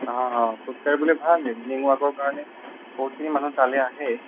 হাঁ হাং খোজ কাঢ়িবলৈ ভাল ইভিনিং ৱাকৰ কাৰণে বহুতখিনি মানুহ তালৈ আহে